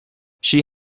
she